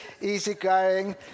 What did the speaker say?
easygoing